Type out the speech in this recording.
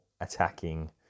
attacking